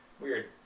weird